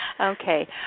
Okay